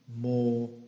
more